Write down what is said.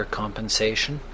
compensation